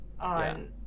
on